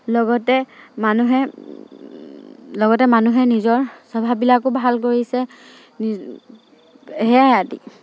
লগতে মানুহে নিজৰ স্বভাৱবিলাকো ভাল কৰিছে সেয়াই আদি